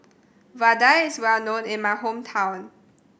Vadai is well known in my hometown